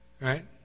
right